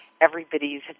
everybody's